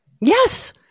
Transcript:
Yes